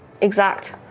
Exact